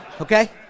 okay